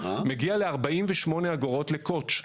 מגיע ל-48 אגורות לקוט"ש,